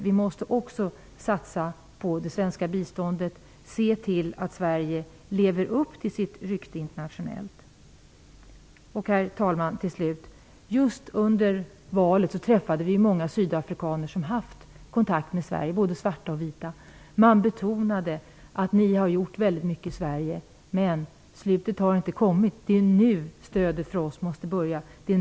Vi måste också satsa på det svenska biståndet och se till att Sverige lever upp till sitt rykte internationellt. Herr talman! Just under valet träffade vi många sydafrikaner som haft kontakt med Sverige -- både svarta och vita. De sade: Ni har gjort väldigt mycket i Sverige, men slutet har inte kommit. Det är nu stödet till oss måste börja.